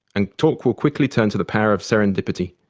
and talk will quickly turn to the power of serendipity.